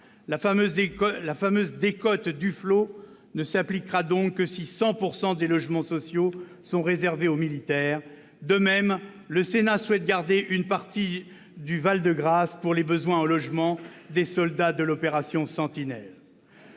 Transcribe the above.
La fameuse « décote Duflot » ne s'appliquera donc que si 100 % des logements sociaux sont réservés aux militaires. De même, le Sénat souhaite garder une partie du Val-de-Grâce pour les besoins en logements des soldats de l'opération Sentinelle.